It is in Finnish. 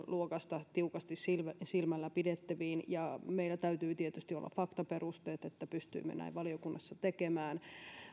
luokasta tiukasti silmällä pidettäviin ja meillä täytyi tietysti olla faktaperusteet että pystyimme näin valiokunnassa tekemään